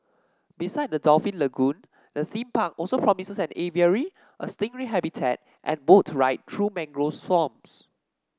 besides the dolphin lagoon the theme park also promises an aviary a stingray habitat and boat ride through mangrove swamps